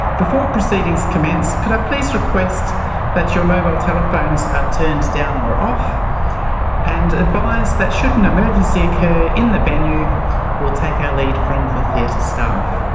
before proceedings commence could i please request that your mobile telephones are turned down or off and advise that should an emergency occur in the venue we'll take our lead from the theater staff.